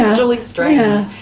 really strange. yeah